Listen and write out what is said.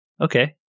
Okay